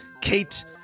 Kate